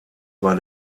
war